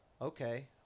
okay